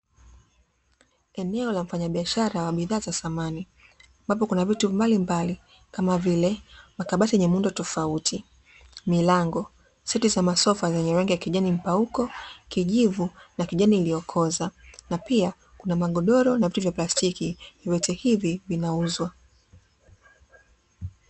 Eneo la mfanya biashara la samani ambapo kuna vitu mbalimbali kama vile makatabi yenye miundo toifauti, milango, seti za masofa zenye rangi mpauko, kijivu na kijani iliyokoza na pia kuna magodoro na viti cha plastiki vyote hivi vinauza.